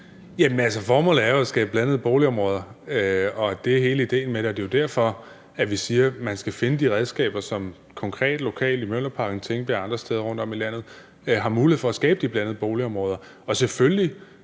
formålet er jo at skabe blandede boligområder. Det er hele idéen med det. Det er derfor, vi siger, at man skal finde de redskaber til konkret og lokalt i Mjølnerparken, Tingbjerg og andre steder rundtom i landet at skabe mulighed for de blandede boligområder.